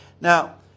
Now